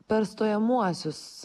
per stojamuosius